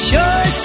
Sure